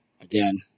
Again